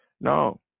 No